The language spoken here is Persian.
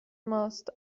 ماست